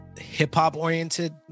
hip-hop-oriented